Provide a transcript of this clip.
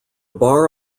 bar